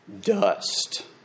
dust